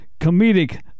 comedic